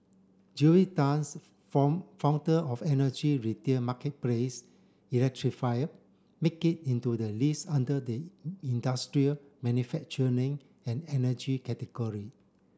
Julius Tans form founder of energy retail marketplace electrifier make it into the list under the industrial manufacturing and energy category